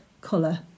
colour